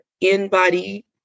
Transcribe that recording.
in-body